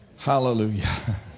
Hallelujah